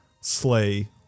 slay